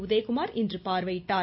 உதயகுமார் இன்று பார்வையிட்டார்